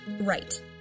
right